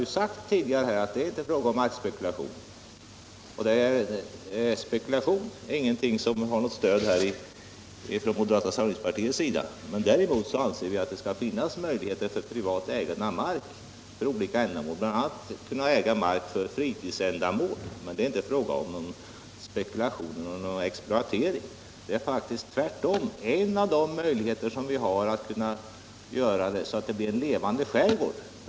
Jag sade tidigare att det inte är fråga om markspekulation; en sådan har inte något stöd från moderata samlingspartiet. Däremot anser vi att det skall finnas möjligheter för privat ägande av mark för olika ändamål, bl.a. för fritidsändamål. Men det är inte fråga om någon spekulation. Privat ägande är en av de möjligheter vi har för att kunna få en levande skärgård.